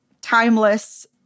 timeless